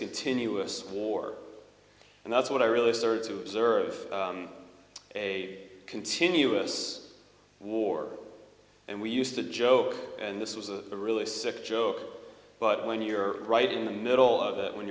continuous war and that's what i really started to observe a continuous war and we used to joke and this was a really sick joke but when you're right in the middle of it when